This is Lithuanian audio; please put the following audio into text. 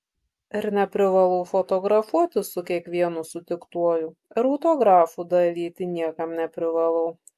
ir neprivalau fotografuotis su kiekvienu sutiktuoju ir autografų dalyti niekam neprivalau